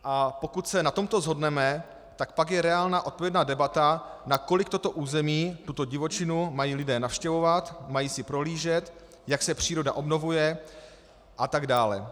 A pokud se na tomto shodneme, pak je reálná odpovědná debata, nakolik toto území, tuto divočinu mají lidé navštěvovat, mají si prohlížet, jak se příroda obnovuje, atd.